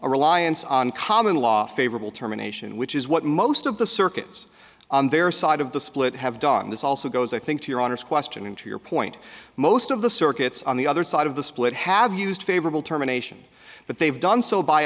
a reliance on common law favorable terminations which is what most of the circuits on their side of the split have done this also goes i think to your honor's question and to your point most of the circuits on the other side of the split have used favorable terminations but they've done so by